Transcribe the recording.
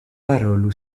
parolu